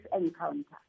encounter